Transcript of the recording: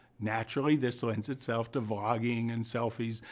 naturally, this lends itself to vlogging and selfies,